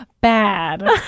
bad